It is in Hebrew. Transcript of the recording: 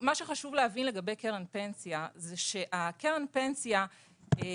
מה שחשוב להבין לגבי קרן פנסיה זה שקרן הפנסיה היא